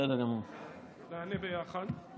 תענה לנו ביחד.